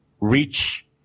reach